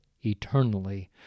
eternally